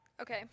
Okay